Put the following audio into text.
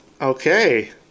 Okay